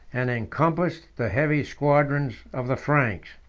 and encompassed the heavy squadrons of the franks.